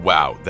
Wow